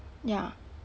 ya